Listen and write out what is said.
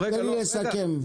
תן לי לסכם.